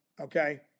Okay